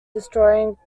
destroying